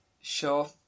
Sure